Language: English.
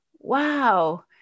wow